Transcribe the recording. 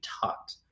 taught